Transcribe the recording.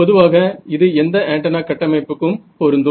பொதுவாக இது எந்த ஆண்டனா கட்டமைப்புக்கும் பொருந்தும்